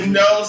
no